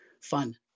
fun